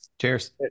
Cheers